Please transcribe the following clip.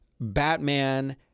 Batman